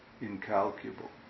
incalculable